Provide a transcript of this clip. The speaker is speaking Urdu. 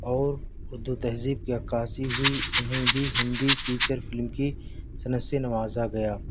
اور اردو تہذیب کی عکاسی ہوئی انہیں بھی ہندی فیچر فلم کی سند سے نوازا گیا